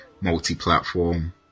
multi-platform